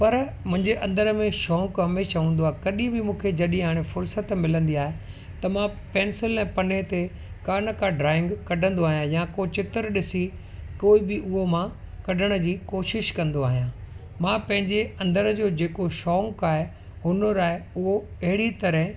पर मुंहिंजे अंदरि में शौक़ु हमेशह हूंदो आहे कॾहिं बि मूंखे जॾहिं हाणे फ़ुर्सत मिलंदी आहे त मां पेंसिल ऐं पने ते का न का ड्राइंग कढंदो आहियां या को चित्र ॾिसी कोई बि उहो मां कढण जी कोशिश कंदो आहियां मां पंहिंजे अंदरि जो जेको शौक़ु आहे हुनुर आहे उहो अहिड़ी तरह